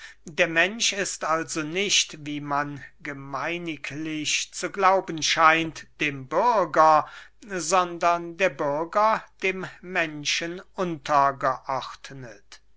der mensch ist also nicht wie man gemeiniglich zu glauben scheint dem bürger sondern der bürger dem menschen